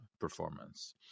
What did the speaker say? performance